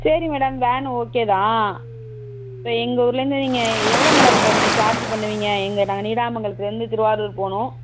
சரி madam van ஓகேதான் இப்போ எங்கள் ஊரிலேருந்து நீங்கள் எவ்வளோ மேடம் இப்போ நீங்கள் சார்ஜ் பண்ணுவீங்க எங்கள் நான் நீடாமங்கலத்திலேருந்து திருவாரூர் போகணும்